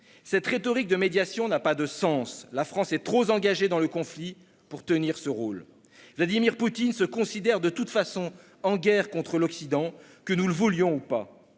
Cette rhétorique de médiation n'a pas de sens : la France est trop engagée dans le conflit pour tenir ce rôle. Vladimir Poutine se considère, de toute façon, en guerre contre l'Occident, que nous le voulions ou non.